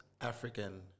African